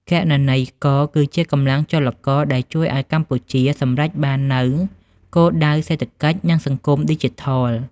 គណនេយ្យករគឺជាកម្លាំងចលករដែលជួយឱ្យកម្ពុជាសម្រេចបាននូវគោលដៅសេដ្ឋកិច្ច និងសង្គមឌីជីថល។